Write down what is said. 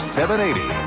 780